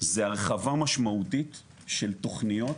זה הרחבה משמעותית של תוכניות